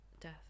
death